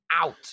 out